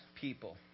people